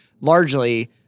largely